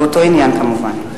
באותו עניין כמובן.